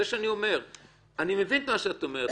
אני מבין מה שאת אומרת,